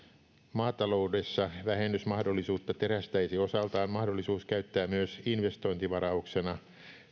maataloudessa vähennysmahdollisuutta terästäisi osaltaan mahdollisuus käyttää myös investointivarauksena